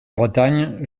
bretagne